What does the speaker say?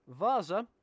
Vaza